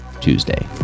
Tuesday